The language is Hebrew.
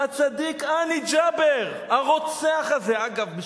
הצדיק האני ג'אבר, הרוצח הזה.